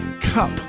Cup